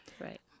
Right